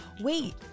Wait